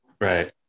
Right